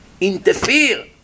interfere